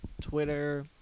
twitter